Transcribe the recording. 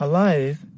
Alive